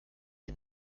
die